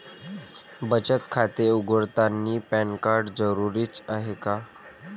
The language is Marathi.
बचत खाते उघडतानी पॅन कार्ड जरुरीच हाय का?